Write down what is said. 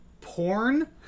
PORN